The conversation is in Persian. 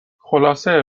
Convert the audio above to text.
خلاصه